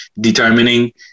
determining